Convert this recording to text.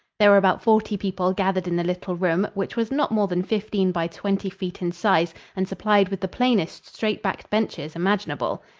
there were about forty people gathered in the little room, which was not more than fifteen by twenty feet in size and supplied with the plainest straight-backed benches imaginable.